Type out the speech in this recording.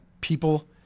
people